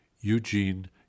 Eugene